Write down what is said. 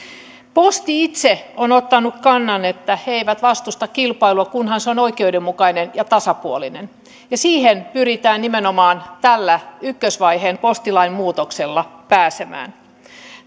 posti itse on ottanut kannan että se ei vastusta kilpailua kunhan se on oikeudenmukainen ja tasapuolinen ja siihen pyritään nimenomaan tällä ykkösvaiheen postilain muutoksella pääsemään